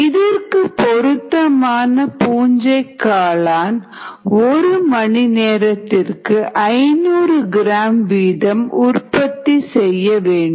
இதற்கு பொருத்தமான பூஞ்சைக்காளான் ஒரு மணி நேரத்திற்கு 500 கிராம் வீதம் 500ghour உற்பத்தி செய்ய வேண்டும்